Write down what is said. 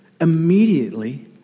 immediately